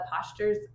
postures